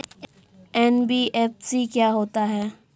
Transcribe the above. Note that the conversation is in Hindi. एन.बी.एफ.सी क्या होता है?